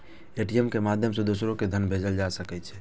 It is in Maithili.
ए.टी.एम के माध्यम सं दोसरो कें धन भेजल जा सकै छै